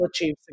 achieve